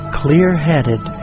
clear-headed